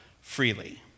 freely